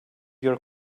your